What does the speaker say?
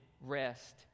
rest